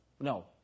No